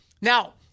Now